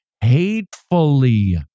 hatefully